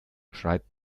schreit